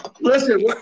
Listen